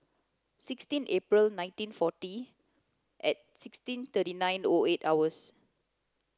sixteen April nineteen forty at sixteen thirty nine O eight hours